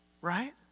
right